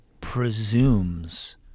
presumes